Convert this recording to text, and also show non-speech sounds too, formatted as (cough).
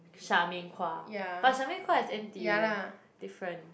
(unintelligible)